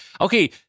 Okay